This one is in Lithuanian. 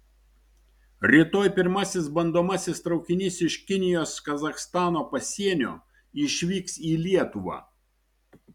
rytoj pirmasis bandomasis traukinys iš kinijos kazachstano pasienio išvyks į lietuvą